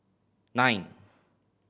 nine